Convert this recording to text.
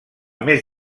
més